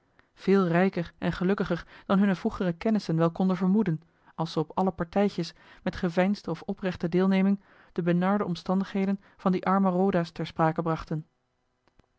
veel rijker en gelukkiger dan hunne vroegere kennissen wel konden vermoeden als ze op alle partijtjes met geveinsde of oprechte deelneming de benarde omstandigheden van die arme roda's ter sprake brachten